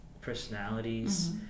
personalities